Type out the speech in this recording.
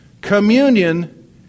Communion